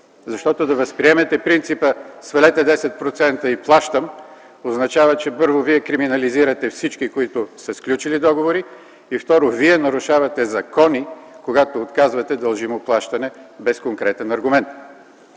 Защото да възприемете принципа „Свалете 10% и плащам”, означава, че, първо, вие криминализирате всички, които са сключили договори, и, второ, вие нарушавате закони, когато отказвате дължимо плащане без конкретен аргумент.